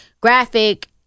graphic